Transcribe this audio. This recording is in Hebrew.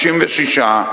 66,